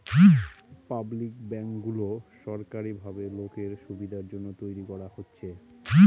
public ব্যাঙ্কগুলো সরকারি ভাবে লোকের সুবিধার জন্য তৈরী করা হচ্ছে